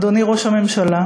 אדוני ראש הממשלה,